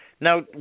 Now